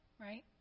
right